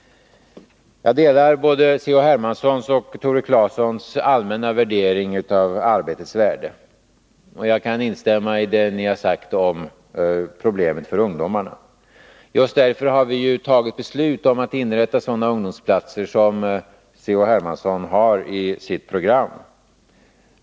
Jag delar både C.-H. Hermanssons och Tore Claesons allmänna bedömning av arbetets värde. Och jag kan instämma i det som ni har sagt om problemen för ungdomarna. Just med anledning av dessa problem har vi fattat beslut om att inrätta sådana ungdomsplatser som C.-H. Hermansson har med i sitt program.